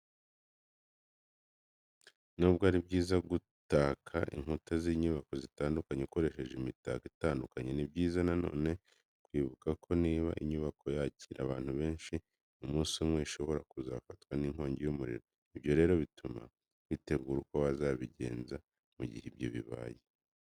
Nubwo ari byiza gutaka inkuta z'inyubako zitandukanye ukoresheje imitako itandukanye, ni byiza na none kwibuka ko niba inyubako yakira abantu benshi, umunsi umwe ishobora kuzafatwa n'inkongi y'umuriro. Ibyo rero bituma witegura uko wazabigenza mu gihe ibyo bibaye.